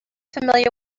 familiar